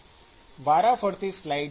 વારા ફરતી સ્લાઇડ્સ જુઓ